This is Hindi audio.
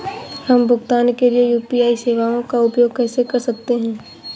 हम भुगतान के लिए यू.पी.आई सेवाओं का उपयोग कैसे कर सकते हैं?